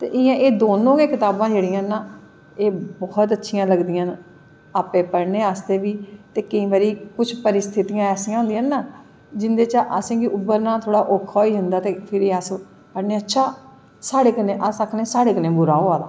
एह् दोनों गै कताबां जेह्ड़ियां ना बौह्त ही अच्छियां लगदियां न आपूं पढ़नें आस्ते ते केंई बारी कुश परिस्थितियां ऐसियां होंदियां न ना जिंदे चा दा असेंगी उब्भरना थोह्ड़ी औक्खा होई जंदा ते थोह्ड़ी अस बोलने कि अच्छा अस आखनें साढ़े कन्नैं बुरा होआ दा